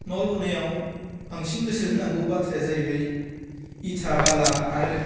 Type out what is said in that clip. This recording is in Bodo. न' लुनायाव बांसिन गोसो होनांगौ बाथ्राया जाहैबाय इटा बाला आरो